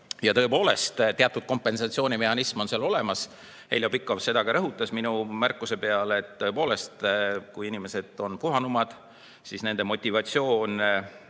tõepoolest, teatud kompensatsioonimehhanism on seal olemas. Heljo Pikhof seda ka rõhutas minu märkuse peale, et kui inimesed on puhanumad, siis nende motivatsioon